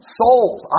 souls